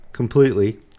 Completely